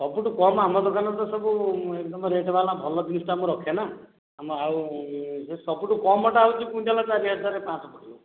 ସବୁଠୁ କମ୍ ଆମ ଦୋକାନ ରେ ତ ସବୁ ଏକଦମ ରେଟ୍ ଵାଲା ଭଲ ଜିନିଷଟା ମୁଁ ରଖେ ନା ଆମେ ଆଉ ସବୁଠୁ କମ୍ ଟା ହଉଛି କୁଇଣ୍ଟାଲ୍ ଟା ଚାରିହଜାର ପାଞ୍ଚ ଶହ ପଡ଼ିବ